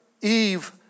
Eve